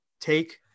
take